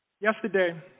Yesterday